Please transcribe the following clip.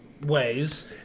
ways